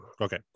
okay